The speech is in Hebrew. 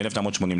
ל-1980,